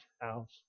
house